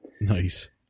Nice